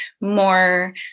more